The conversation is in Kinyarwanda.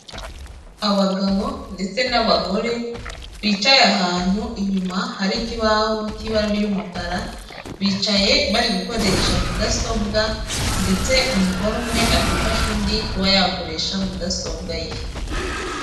Abagabo ndetse n'abagore, bicaye ahantu inyuma hari ikibaho cy'ibara ry'umukara, bicaye bari gukoresha mudasobwa ndetse umugore umwe ari gufasha undi kuba yakoresha mudasobwa ye.